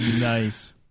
Nice